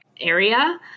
area